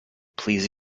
please